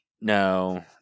No